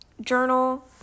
journal